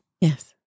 Yes